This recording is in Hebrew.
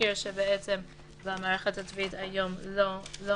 נזכיר שבמערכת הצבאית היום לא מתקיימים